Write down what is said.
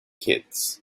kids